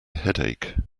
headache